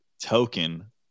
token